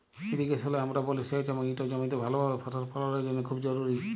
ইরিগেশলে আমরা বলি সেঁচ এবং ইট জমিতে ভালভাবে ফসল ফললের জ্যনহে খুব জরুরি